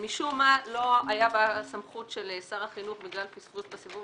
משום מה לא היה בסמכות של שר החינוך בגלל פספוס בסיבוב